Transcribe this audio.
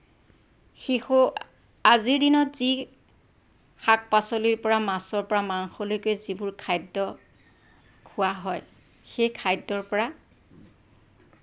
শিশু আজিৰ দিনত যি শাক পাচলিৰ পৰা মাছৰ পৰা মাংসলৈকে যিবোৰ খাদ্য খোৱা হয় সেই খাদ্যৰ পৰা